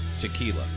Tequila